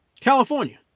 California